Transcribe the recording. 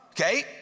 Okay